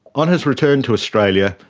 on his return to australia,